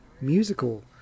musical